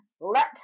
let